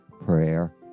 prayer